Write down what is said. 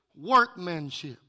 workmanship